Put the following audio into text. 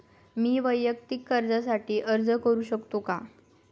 मी वैयक्तिक कर्जासाठी अर्ज करू शकतो का?